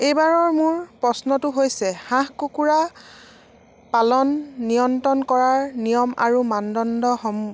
এইবাৰৰ মোৰ প্ৰশ্নটো হৈছে হাঁহ কুকুৰা পালন নিয়ন্ত্ৰণ কৰাৰ নিয়ম আৰু মানদণ্ডসম